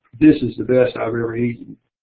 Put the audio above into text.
this is the best i have ever eaten.